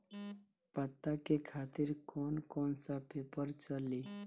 पता के खातिर कौन कौन सा पेपर चली?